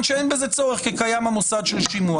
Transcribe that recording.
שאין בזה צורך כי המוסד של שימוע קיים.